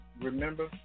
remember